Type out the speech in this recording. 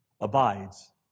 abides